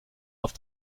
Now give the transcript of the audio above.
auf